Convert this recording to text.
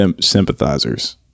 sympathizers